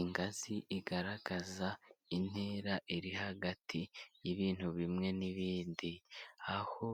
Ingazi igaragaza intera iri hagati y'ibintu bimwe n'ibindi, aho